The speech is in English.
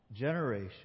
generation